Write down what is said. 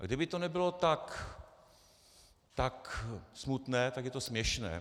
Kdyby to nebylo tak smutné, tak je to směšné.